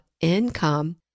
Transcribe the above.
income